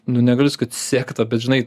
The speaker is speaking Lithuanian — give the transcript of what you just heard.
nu negali sakyt kad sekta bet žinai